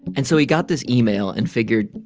and so he got this email and figured,